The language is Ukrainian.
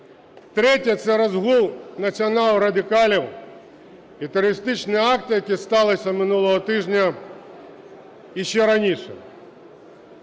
Третє – це розгул націонал-радикалів і терористичні акти, які сталися минулого тижня і ще раніше.